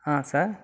ಹಾಂ ಸರ್